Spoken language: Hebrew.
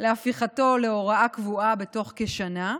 להפיכתו להוראה קבועה בתוך כשנה.